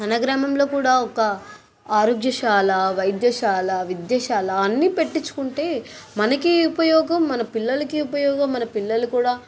మన గ్రామంలో కూడా ఒక ఆరోగ్య శాల వైద్యశాల విద్యశాల అన్నీ పెట్టించుకుంటే మనకి ఉపయోగం మన పిల్లలకి ఉపయోగం మన పిల్లలు కూడా